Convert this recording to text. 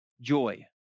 joy